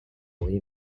lean